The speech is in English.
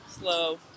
slow